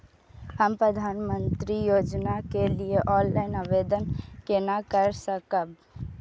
हम प्रधानमंत्री योजना के लिए ऑनलाइन आवेदन केना कर सकब?